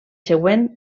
següent